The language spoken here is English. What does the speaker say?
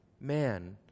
man